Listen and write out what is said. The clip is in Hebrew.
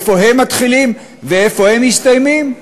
איפה הם מתחילים ואיפה הם מסתיימים,